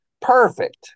Perfect